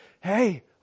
hey